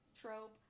trope